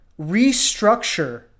restructure